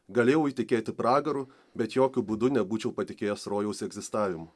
galėjau įtikėti pragaru bet jokiu būdu nebūčiau patikėjęs rojaus egzistavimu